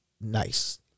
nice